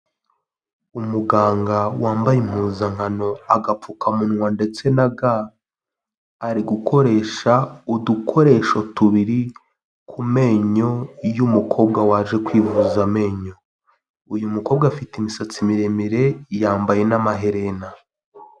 Umuganga wambaye impuzankano, agapfukamunwa, ndetse na ga ari gukoresha udukoresho tubiri ku menyo y'umukobwa waje kwivuza amenyo, uyu mukobwa afite imisatsi miremire yambaye n'amaherena.